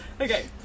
Okay